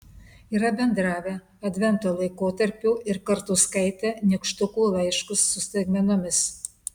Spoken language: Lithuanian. yra bendravę advento laikotarpiu ir kartu skaitę nykštukų laiškus su staigmenomis